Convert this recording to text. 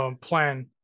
plan